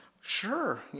sure